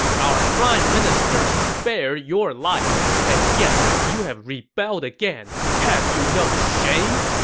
our prime minister spared your life, and yet you have rebelled again! have you no shame!